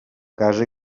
casa